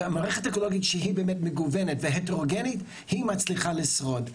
מערכת אקולוגית מגוונת והטרוגנית מצליחה לשרוד.